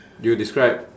you describe